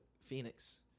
Phoenix